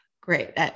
Great